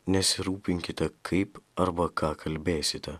nesirūpinkite kaip arba ką kalbėsite